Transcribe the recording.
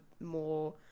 more